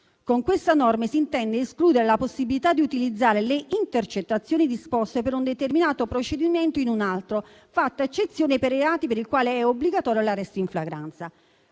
Con questa norma si intende escludere la possibilità di utilizzare le intercettazioni disposte per un determinato procedimento in un altro, fatta eccezione per i reati per i quali è obbligatorio l'arresto in flagranza.